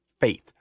Faith